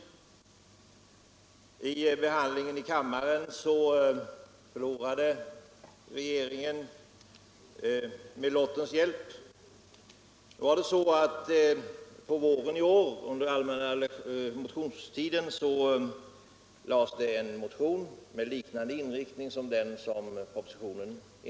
Vid behandlingen i kammaren förlorade emellertid regeringen lottningen. Under allmänna motionstiden i våras väcktes en motion med samma inriktning som propositionen.